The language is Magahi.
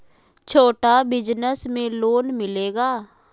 छोटा बिजनस में लोन मिलेगा?